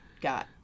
got